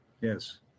Yes